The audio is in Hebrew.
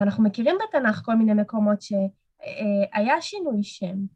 אנחנו מכירים בתנ״ך כל מיני מקומות שהיה שינוי שם.